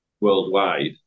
worldwide